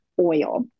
oil